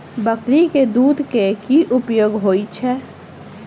बकरी केँ दुध केँ की उपयोग होइ छै?